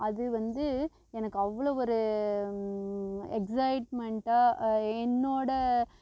அது வந்து எனக்கு அவ்வளோ ஒரு எக்ஸைட்மெண்ட்டாக என்னோட